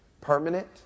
permanent